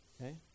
Okay